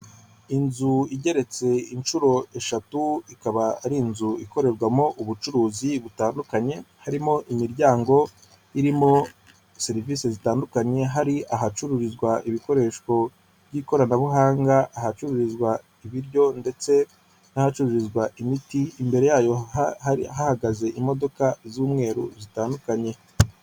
Inzu igeretse inshuro eshatu ikaba ari inzu ikorerwamo ubucuruzi butandukanye, harimo imiryango irimo serivisi zitandukanye hari ahacururizwa ibikoresho by'ikoranabuhanga, ahacururizwa ibiryo ndetse n'ahacururizwa imiti. Imbere yayo hahagaze imodoka z'umweru zitandukanye.